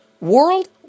World